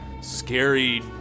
scary